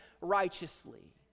righteously